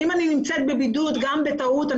אם אני נמצאת בבידוד גם בטעות,